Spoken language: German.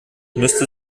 müsste